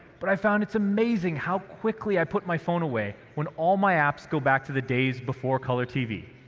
but i found it's amazing how quickly i put my phone away when all my apps go back to the days before color tv.